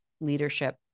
leadership